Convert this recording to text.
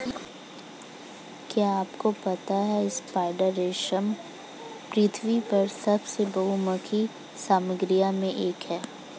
क्या आपको पता है स्पाइडर रेशम पृथ्वी पर सबसे बहुमुखी सामग्रियों में से एक है?